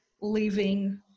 living